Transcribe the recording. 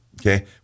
okay